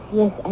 yes